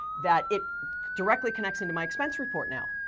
that it directly connects into my expense report now.